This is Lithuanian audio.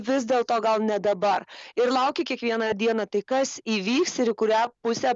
vis dėlto gal ne dabar ir lauki kiekvieną dieną tai kas įvyks ir į kurią pusę